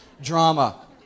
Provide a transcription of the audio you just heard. drama